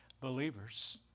believers